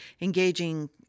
engaging